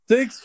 Six